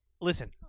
Listen